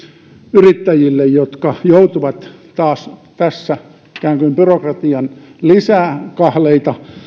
yrittäjille jotka joutuvat taas ikään kuin byrokratian lisäkahleita